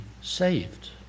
saved